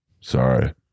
sorry